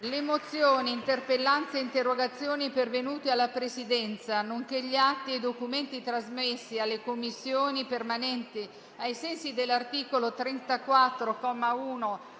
Le mozioni, le interpellanze e le interrogazioni pervenute alla Presidenza, nonché gli atti e i documenti trasmessi alle Commissioni permanenti ai sensi dell'articolo 34,